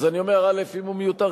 אז אני אומר שאם הוא מיותר,